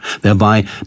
thereby